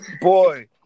Boy